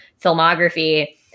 filmography